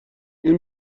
این